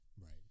Right